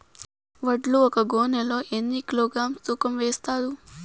వడ్లు ఒక గోనె లో ఎన్ని కిలోగ్రామ్స్ తూకం వేస్తారు?